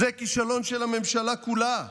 זה כישלון של הממשלה כולה.